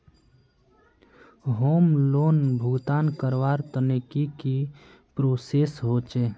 Home loan भुगतान करवार तने की की प्रोसेस होचे?